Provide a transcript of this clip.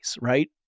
right